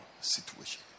situation